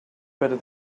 better